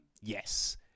yes